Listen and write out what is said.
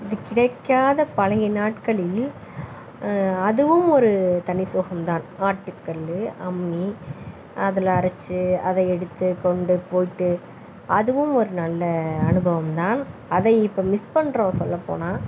இது கிடைக்காத பழைய நாட்களில் அதுவும் ஒரு தனி சுகம் தான் ஆட்டுக்கல் அம்மி அதில் அரைச்சு அதை எடுத்து கொண்டு போட்டு அதுவும் ஒரு நல்ல அனுபவம் தான் அதை இப்போ மிஸ் பண்ணுறோம் சொல்லப்போனால்